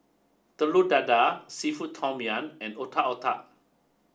Telur Dadah Seafood Tom Yum and Otak Otak